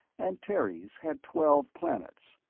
antares had twelve planets,